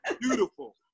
Beautiful